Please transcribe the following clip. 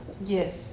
Yes